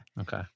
Okay